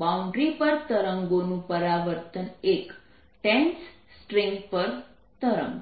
boundary પર તરંગોનું પરાવર્તન I ટેન્સ સ્ટ્રીંગ પર તરંગ